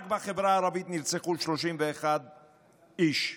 רק בחברה הערבית נרצחו 31 איש ואישה,